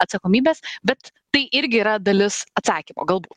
atsakomybės bet tai irgi yra dalis atsakymo galbū